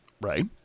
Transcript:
right